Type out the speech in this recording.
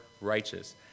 righteous